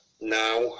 now